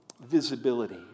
visibility